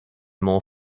more